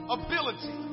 ability